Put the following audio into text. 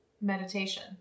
meditation